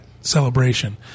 Celebration